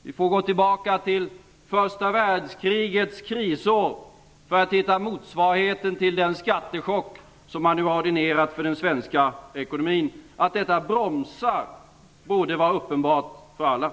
Vi får gå tillbaka till första världskrigets krisår för att hitta motsvarigheten till den skattechock som har ordinerats för den svenska ekonomin. Att detta bromsar borde vara uppenbart för alla.